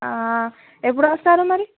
ఎప్పుడు వస్తారు మరి